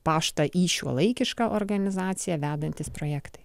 paštą į šiuolaikišką organizaciją vedantys projektai